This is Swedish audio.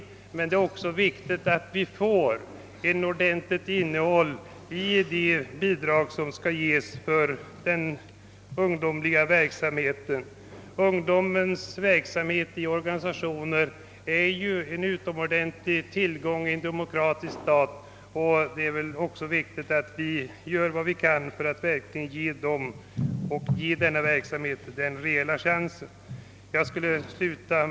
Men det är också viktigt att det bidrag som skall lämnas till ungdomsverksamheten blir ett verksamt stöd. Ungdomens organisationsverksamhet är ju en utomordentlig tillgång i en demokratisk stat, och det är angeläget att vi gör vad vi kan för att ge denna verksamhet en rejäl chans att hävda sig.